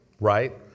right